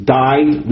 died